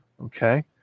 okay